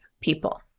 people